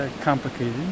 complicated